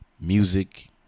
music